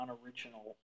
unoriginal